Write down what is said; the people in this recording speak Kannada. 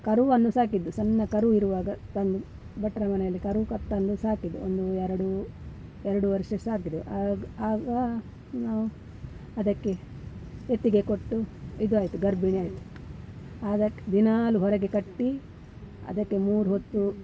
ಕರುವನ್ನು ಸಾಕಿದ್ದು ಸಣ್ಣ ಕರು ಇರುವಾಗ ತಂದು ಭಟ್ಟರ ಮನೆಯಲ್ಲಿ ಕರು ಕ ತಂದು ಸಾಕಿದ್ದು ಒಂದು ಎರಡು ಎರಡು ವರ್ಷ ಸಾಕಿದೆವು ಆಗ ನಾವು ಅದಕ್ಕೆ ಎತ್ತಿಗೆ ಕೊಟ್ಟು ಇದು ಆಯಿತು ಗರ್ಭಿಣಿ ಆಯಿತು ಅದಕ್ಕೆ ದಿನಾಲೂ ಹೊರಗೆ ಕಟ್ಟಿ ಅದಕ್ಕೆ ಮೂರು ಹೊತ್ತು